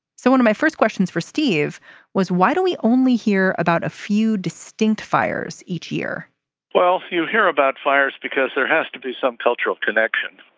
so one of my first questions for steve was why do we only hear about a few distinct fires each year well you hear about fires because there has to be some cultural connection.